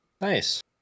nice